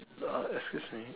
uh excuse me